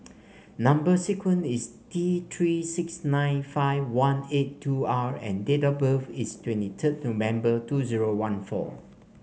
number sequence is T Three six nine five one eight two R and date of birth is twenty third November two zero one four